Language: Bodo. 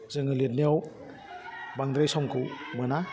जोङो लिरनायाव बांद्राय समखौ मोना